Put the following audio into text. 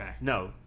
no